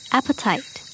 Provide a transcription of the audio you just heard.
Appetite